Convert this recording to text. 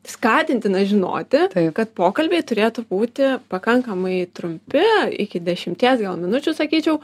skatintina žinoti kad pokalbiai turėtų būti pakankamai trumpi iki dešimties gal minučių sakyčiau